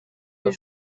des